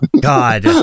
God